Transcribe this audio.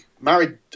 married